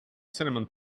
cinnamon